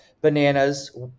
Bananas